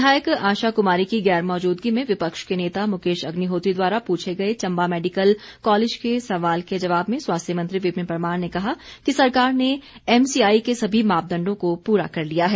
विधायक आशा क्मारी की गैरमौजूदगी में विपक्ष के नेता मुकेश अग्निहोत्री द्वारा पूछे गए चंबा मैडिकल कॉलेज के सवाल के जवाब में स्वास्थ्य मंत्री विपिन परमार ने कहा कि सरकार ने एमसीआई के सभी मापदंडों को पूरा कर लिया है